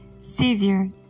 Savior